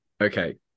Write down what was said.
Okay